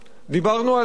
דיברנו על אירן,